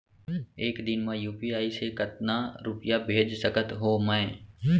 एक दिन म यू.पी.आई से कतना रुपिया भेज सकत हो मैं?